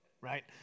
right